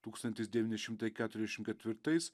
tūkstantis devyni šimtai keturiasdešimt ketvirtais